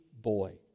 boy